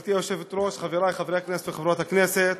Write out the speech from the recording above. גברתי היושבת-ראש, חברי חברי הכנסת וחברות הכנסת,